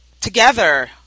together